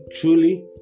Truly